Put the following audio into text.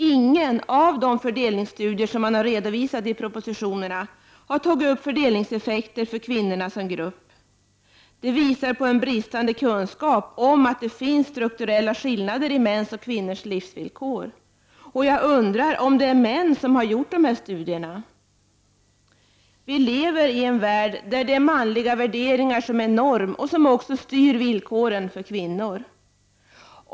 Inte någon av de fördelningsstudier som redovisats i propositionerna har tagit upp fördelningseffekter för kvinnor som grupp. Det visar på en bristande kunskap om att det finns strukturella skillnader i mäns och kvinnors livsvillkor. Jag undrar om det är män som har gjort dessa studier. Vi lever i en värld där det är manliga värderingar som är norm och också styr villkoren för kvinnor.